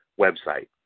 website